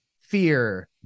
fear